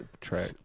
track